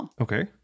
Okay